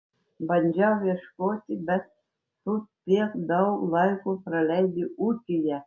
bandžiau ieškoti bet tu tiek daug laiko praleidi ūkyje